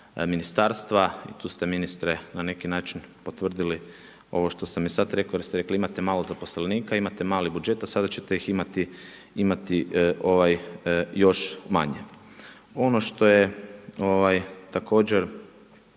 ministarstva. I tu ste ministre na neki način potvrdili ovo što sam i sad rekao jer ste rekli imate malo zaposlenika, imate mali budžet a sada ćete ih imati još manje. Ono što je također